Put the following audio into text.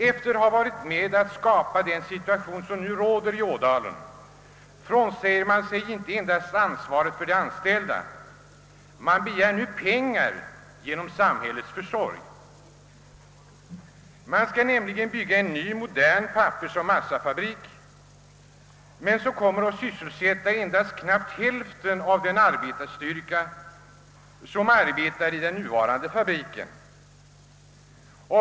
Efter att ha varit med om att skapa den situation som nu råder i Ådalen frånsäger sig bolaget inte endast ansvaret för de anställda utan begär pengar genom samhällets försorg. Företaget skall nämligen bygga en ny modern pappersoch massafabrik, vilken emellertid kommer att sysselsätta knappt hälften av den arbetsstyrka som arbetar i den nuvarande fabriken.